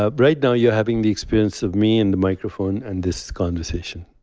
ah right now you're having the experience of me and the microphone and this conversation.